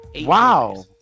Wow